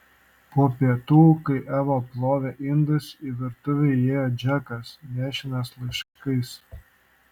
po pietų kai eva plovė indus į virtuvę įėjo džekas nešinas laiškais